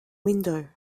window